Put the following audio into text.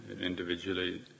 individually